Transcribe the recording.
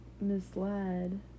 misled